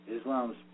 Islam's